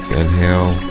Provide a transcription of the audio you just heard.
inhale